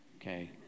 okay